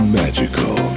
magical